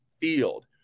Field